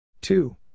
Two